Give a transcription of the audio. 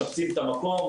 משפצים את המקום,